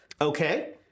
Okay